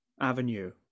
avenue